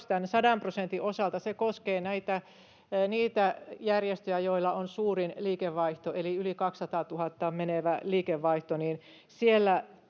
100 prosentin osalta koskee niitä järjestöjä, joilla on suurin liikevaihto eli yli 200 000:n menevä liikevaihto. Siellä